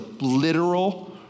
literal